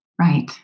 right